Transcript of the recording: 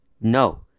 no